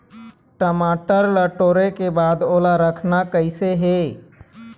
टमाटर ला टोरे के बाद ओला रखना कइसे हे?